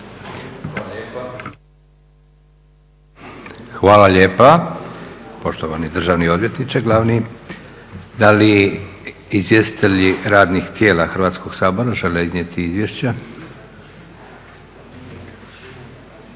Josip (SDP)** Hvala lijepa poštovani državni odvjetniče glavni. Da li izvjestitelji radnih tijela Hrvatskog sabora žele iznijeti izvješća?